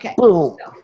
Okay